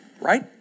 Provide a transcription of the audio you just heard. right